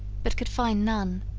but could find none.